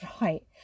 right